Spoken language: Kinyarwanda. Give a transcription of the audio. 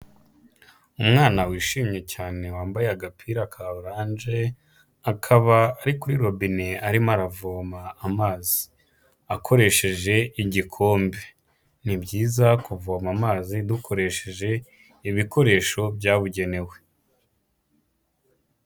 Umwana wishimye cyane wambaye agapira ka oranje, akaba ari kuri robine arimo aravoma amazi, akoresheje igikombe, ni byiza kuvoma amazi dukoresheje ibikoresho byabugenewe